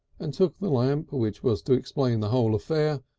and took the lamp which was to explain the whole affair,